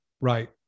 Right